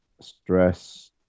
stress